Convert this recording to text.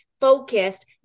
Focused